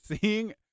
Seeing